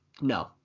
No